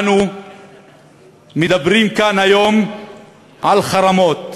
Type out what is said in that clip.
אנו מדברים כאן היום על חרמות,